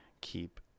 keep